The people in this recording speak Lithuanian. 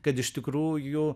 kad iš tikrųjų